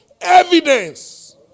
Evidence